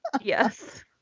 Yes